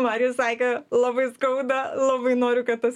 marijus sakė labai skauda labai noriu kad tas